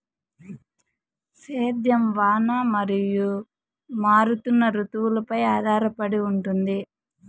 సేద్యం వాన మరియు మారుతున్న రుతువులపై ఆధారపడి ఉంటుంది